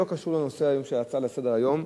לא קשור לנושא של ההצעה לסדר-היום,